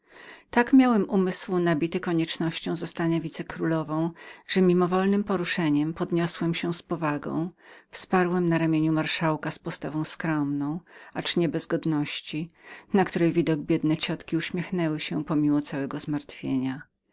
tak miałem umysł nabity koniecznością zostania wicekrólową że mimowolnem poruszeniem podniosłem się z powagą wsparłem na ramieniu marszałka z postawą skromną ale nie bez godności na widok której biedne ciotki uśmiechnęły się pomimo całego ich zmartwienia